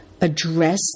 address